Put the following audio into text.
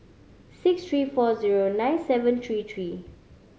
six three four zero nine seven three three